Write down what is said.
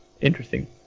Interesting